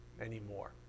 anymore